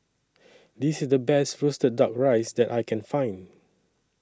This IS The Best Roasted Duck Rice that I Can Find